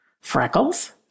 Freckles